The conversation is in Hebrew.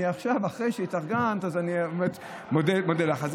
עכשיו, אחרי שהתארגנת, אז אני באמת מודה לך.